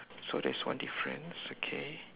so there is one difference okay